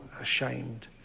ashamed